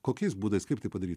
kokiais būdais kaip tai padaryt